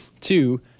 Two